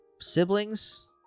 siblings